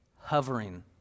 hovering